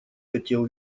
хотел